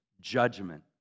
judgment